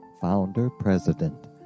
founder-president